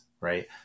right